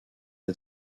est